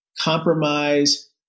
compromise